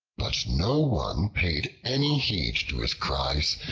but no one paid any heed to his cries,